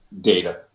data